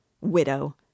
Widow